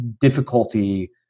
difficulty